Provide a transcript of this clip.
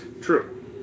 True